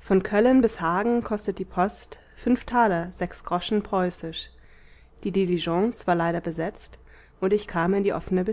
von köllen bis hagen kostet die post fünf taler sechs groschen preußisch die diligence war leider besetzt und ich kam in die offene